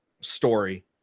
story